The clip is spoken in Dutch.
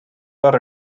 waar